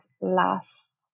last